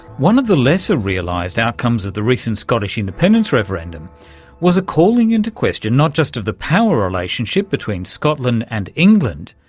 one of the lesser realised outcomes of the recent scottish independence referendum was a calling into question not just of the power relationship between scotland and england,